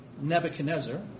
Nebuchadnezzar